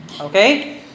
Okay